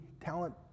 talent